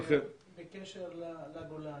בקשר לגולן?